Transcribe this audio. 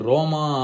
Roma